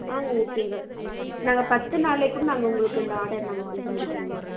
ஆ ஓகேங்க நாங்கள் பத்து நாளில் கூட நாங்கள் உங்களுக்கு இந்த ஆர்டர் நாங்கள் செஞ்சு முடிக்கிறோங்க